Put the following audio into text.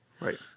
Right